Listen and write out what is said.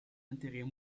intérêts